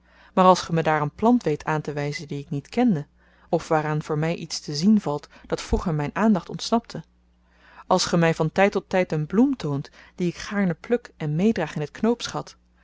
maar als ge me daar een plant weet aantewyzen die ik niet kende of waaraan voor my iets te zien valt dat vroeger myn aandacht ontsnapte als ge my van tyd tot tyd een bloem toont die ik gaarne pluk en meedraag in